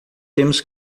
temos